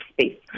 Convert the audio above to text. space